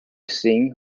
sing